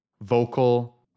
vocal